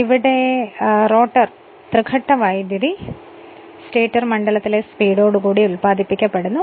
ഇവിടെ റോട്ടർ തൃഘട്ട വൈദ്യുതി mmf F2 സ്റ്റേറ്റർ മണ്ഡലത്തിലെ സ്പീഡോടു കൂടി ഉൽപാദിപ്പിക്കപ്പെടുന്നു